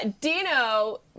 Dino